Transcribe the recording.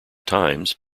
times